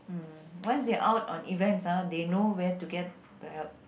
mm once they out on events ah they know where to get the help